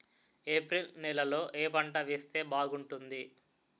April నెలలో ఏ పంట వేస్తే బాగుంటుంది?